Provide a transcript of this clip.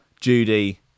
Judy